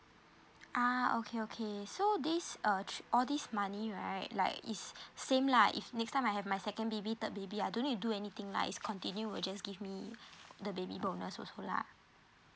ah okay okay so this uh tri~ all this money right like is same lah if next time I have my second baby third baby I don't need to do anything lah is continue will just give me the baby bonus also lah